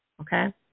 Okay